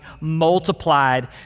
multiplied